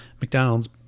McDonald's